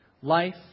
Life